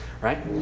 right